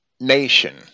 nation